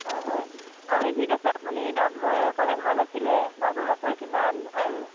হয় হয় আপুনি ঠিক আছে আপুনি দামবোৰ ক'লে ভাল আছিলে মাগুৰ মাছৰ কিমান আৰু